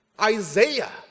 Isaiah